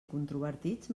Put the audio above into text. controvertits